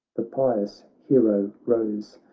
the pious hero rose,